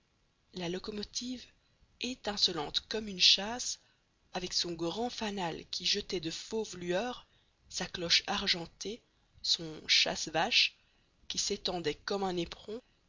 la locomotive étincelante comme une châsse avec son grand fanal qui jetait de fauves lueurs sa cloche argentée son chasse vache qui s'étendait comme un éperon